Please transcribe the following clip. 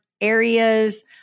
areas